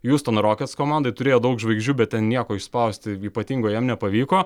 hiustono rokets komandoj jie turėjo daug žvaigždžių bet ten nieko išspausti ypatingo jam nepavyko